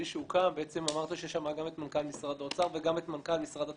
בעצם אמרת ששם גם מנכ"ל משרד האוצר וגם מנכ"ל משרד התרבות,